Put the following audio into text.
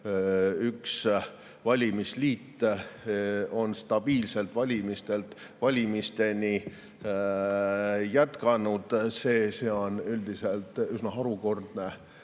üks valimisliit on stabiilselt valimistelt valimisteni jätkanud, on üldiselt üsna harukordne.